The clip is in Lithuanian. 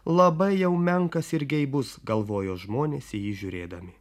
labai jau menkas ir geibus galvojo žmonės į jį žiūrėdami